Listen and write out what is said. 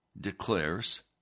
declares